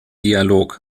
dialog